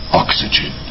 oxygen